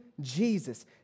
Jesus